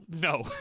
no